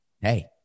Hey